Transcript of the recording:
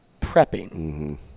prepping